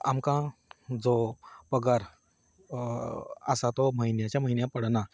आमकां जो पगार आसा तो म्हयन्याच्या म्हयन्या पडना